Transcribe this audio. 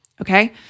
okay